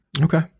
Okay